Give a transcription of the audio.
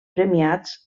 premiats